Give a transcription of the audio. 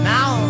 Now